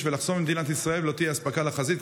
ולחסום את מדינת ישראל ולא תהיה אספקה לחזית,